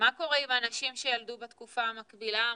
מה קורה עם נשים שילדו בתקופה המקבילה?